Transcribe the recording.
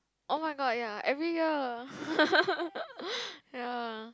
oh-my-god ya every year ya